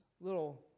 little